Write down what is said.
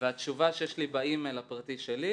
והתשובה שיש לי באימייל הפרטי שלי,